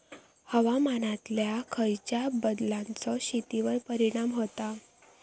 हवामानातल्या खयच्या बदलांचो शेतीवर परिणाम होता?